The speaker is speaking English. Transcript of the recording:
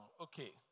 Okay